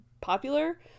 popular